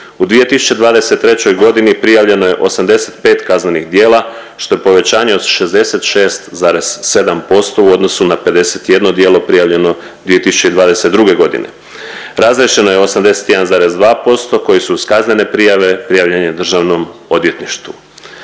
U 2023.g. prijavljeno je 85 kaznenih djela što je povećanje od 66,7% u odnosu na 51 djelo prijavljeno 2022.g., razriješeno je 81,2% koji su uz kaznene prijave prijavljeni državnom odvjetništvu.